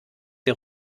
der